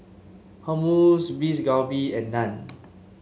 Hummus Beef Galbi and Naan